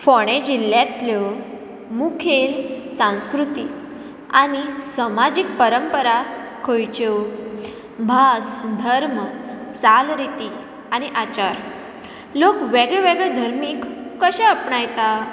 फोणें जिल्ल्यांतल्यो मुखेल सांस्कृतीक आनी समाजीक परंपरा खंयच्यो भास धर्म चालरिती आचार लोक वेगळे वेगळे धर्मीक कशें आपणायता